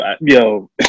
Yo